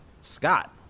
Scott